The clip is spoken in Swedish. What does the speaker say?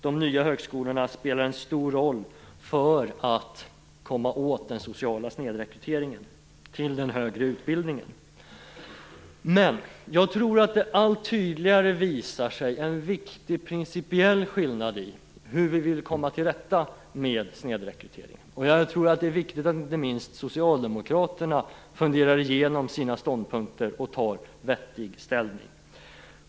De nya högskolorna spelar en stor roll för att komma åt den sociala snedrekryteringen till den högre utbildningen. Men jag tror att en viktig principiell skillnad allt tydligare kommer att visa sig i fråga om hur vi vill komma till rätta med snedrekryteringen. Jag tror att det är viktigt att inte minst Socialdemokraterna funderar igenom sina ståndpunkter och gör ett vettigt ställningstagande.